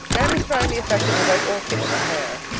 anne was trying the effect of a white orchid in her hair.